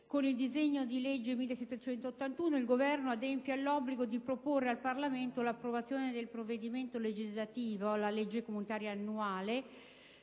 con il disegno di legge n. 1781 il Governo adempie all'obbligo di proporre al Parlamento l'approvazione del provvedimento legislativo, la legge comunitaria annuale,